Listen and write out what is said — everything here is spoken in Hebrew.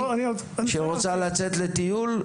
שרוצה לצאת לטיול,